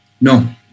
No